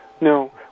No